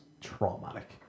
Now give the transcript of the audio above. traumatic